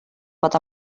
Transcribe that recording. pot